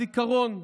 הזיכרון,